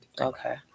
okay